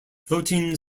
floating